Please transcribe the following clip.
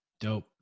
dope